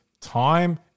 time